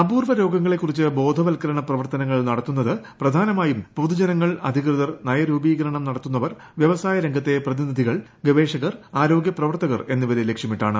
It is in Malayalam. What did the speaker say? അപൂർവ രോഗങ്ങളെ കുറിച്ച് ബോധവൽക്കരണ പ്രവർത്തനങ്ങൾ നടത്തുന്നത് പ്രധാനമായും പൊതുജനങ്ങൾ അധികൃതർ നയരൂപ്പീകരണം നടത്തുന്നവർ വൃവസായരംഗത്തെ പ്രതിനിധികൾ പ്രവർത്തകർ എന്നിവരെ ലക്ഷ്യമിട്ടാണ്